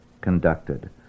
conducted